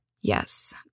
Yes